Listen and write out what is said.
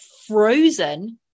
frozen